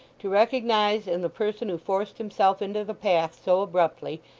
to recognise in the person who forced himself into the path so abruptly,